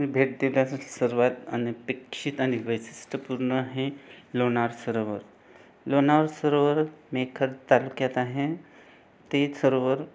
मी भेट दिल्याचं सर्वात अनपेक्षित आणि वैशिष्ट्यपूर्ण हे लोणार सरोवर लोणार सरोवर मेखद तालुक्यात आहे ते सरोवर